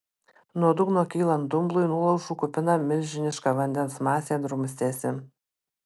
nuo dugno kylant dumblui nuolaužų kupina milžiniška vandens masė drumstėsi